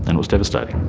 and was devastating.